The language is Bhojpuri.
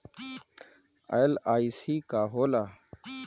एल.आई.सी का होला?